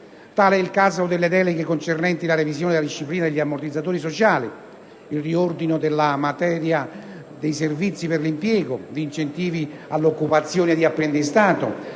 Tale è il caso delle deleghe concernenti la revisione della disciplina degli ammortizzatori sociali, il riordino della normativa in materia di servizi per l'impiego, di incentivi all'occupazione e di apprendistato